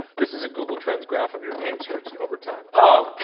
this is a google trends graph of your name searched over time. oh